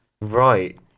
Right